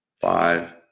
five